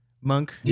Monk